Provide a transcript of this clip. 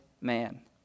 man